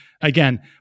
Again